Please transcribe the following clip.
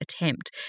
attempt